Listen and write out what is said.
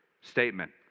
statement